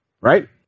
Right